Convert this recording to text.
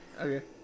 Okay